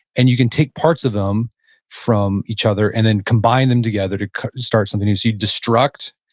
and you can take parts of them from each other and then combine them together to start something new, so you destruct,